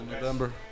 November